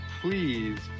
please